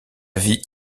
vie